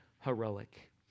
heroic